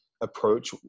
approach